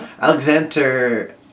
Alexander